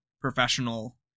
professional